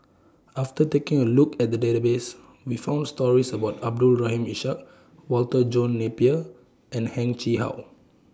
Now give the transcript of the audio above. after taking A Look At The Database We found stories about Abdul Rahim Ishak Walter John Napier and Heng Chee How